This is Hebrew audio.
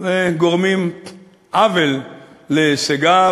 גורמים עוול להישגיו,